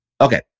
Okay